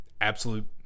absolute